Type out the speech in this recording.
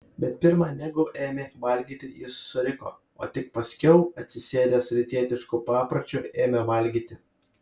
bet pirma negu ėmė valgyti jis suriko o tik paskiau atsisėdęs rytietišku papročiu ėmė valgyti